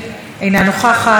חבר הכנסת זוהיר בהלול,